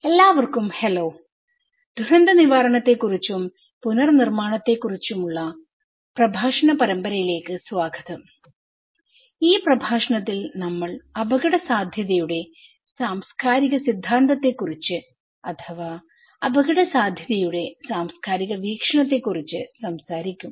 എല്ലാവർക്കും ഹെല്ലോ ദുരന്തനിവാരണത്തെക്കുറിച്ചും പുനർനിർമ്മാണത്തെയും കുറിച്ചുള്ള പ്രഭാഷണ പരമ്പരയിലേക്ക് സ്വാഗതം ഈ പ്രഭാഷണത്തിൽ നമ്മൾ അപകടസാധ്യതയുടെ സാംസ്കാരിക സിദ്ധാന്തത്തെക്കുറിച്ച് അഥവാ അപകടസാധ്യതയുടെ സാംസ്കാരിക വീക്ഷണത്തെക്കുറിച്ച് സംസാരിക്കും